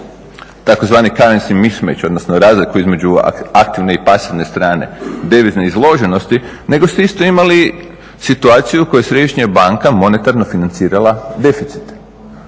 tzv. currency mismatch odnosno razliku između aktivne i pasivne strane devizne izloženosti nego ste isto imali situaciju u kojoj središnja banka monetarno financirala deficit.